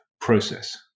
process